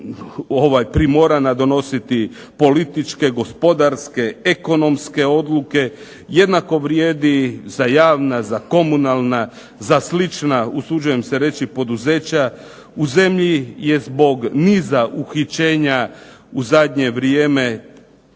primorana donositi političke, gospodarske, ekonomske odluke. Jednako vrijedi za javna, za komunalna, za slična usuđujem se reći poduzeća. U zemlji je zbog niza uhićenja u zadnje vrijeme,